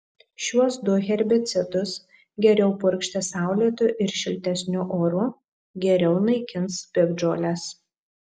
šiuos du herbicidus geriau purkšti saulėtu ir šiltesniu oru geriau naikins piktžoles